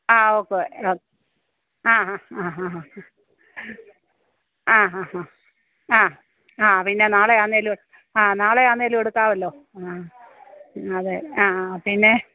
ആ ഓക്കേ ആ ഹ ഹ ആ ഹ ഹ ആ ആ പിന്നെ നാളെ ആണേലും ആ നാളെ ആണേലും എടുക്കാമല്ലോ അതെ ആ പിന്നെ